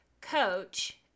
coach